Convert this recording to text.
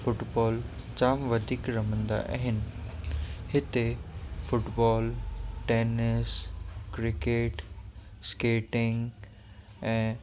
football जाम वधीक रमंदा आहिनि हिते फ़ुटबॉल टेनिस क्रिकेट स्केटिंग ऐं